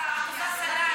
את עושה סלט.